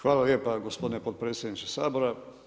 Hvala lijepa gospodine potpredsjedniče Sabora.